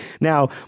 Now